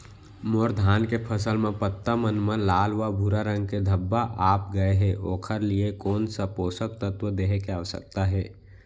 मोर धान के फसल म पत्ता मन म लाल व भूरा रंग के धब्बा आप गए हे ओखर लिए कोन स पोसक तत्व देहे के आवश्यकता हे?